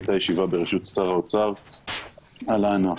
הייתה ישיבה בראשות שר האוצר על הענף.